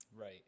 right